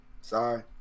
Sorry